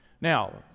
Now